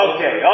Okay